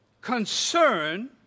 Concern